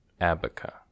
Abaca